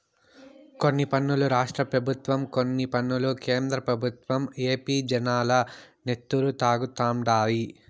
కొన్ని పన్నులు రాష్ట్ర పెబుత్వాలు, కొన్ని పన్నులు కేంద్ర పెబుత్వాలు ఏపీ జనాల నెత్తురు తాగుతండాయి